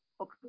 Okay